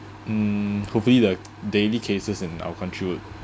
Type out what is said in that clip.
mm hopefully the daily cases in our country would